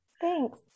Thanks